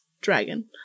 dragon